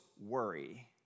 worry